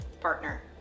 partner